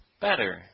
better